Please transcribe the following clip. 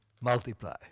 multiply